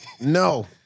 no